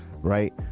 right